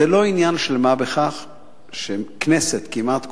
זה לא עניין של מה בכך שהכנסת, כמעט כולה,